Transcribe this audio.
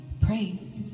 pray